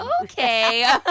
okay